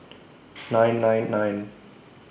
nine nine nine